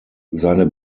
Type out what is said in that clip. seine